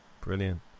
Brilliant